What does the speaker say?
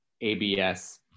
ABS